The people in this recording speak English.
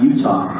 Utah